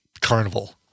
carnival